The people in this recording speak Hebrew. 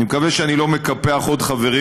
אני מקווה שאני לא מקפח עוד חברים